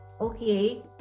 okay